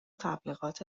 تبلیغات